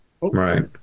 Right